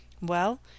Well